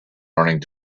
running